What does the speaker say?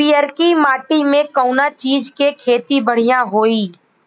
पियरकी माटी मे कउना चीज़ के खेती बढ़ियां होई?